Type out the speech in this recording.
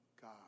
God